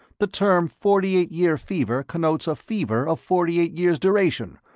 the term forty eight year fever connotes a fever of forty eight years duration,